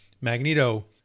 Magneto